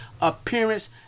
appearance